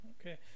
okay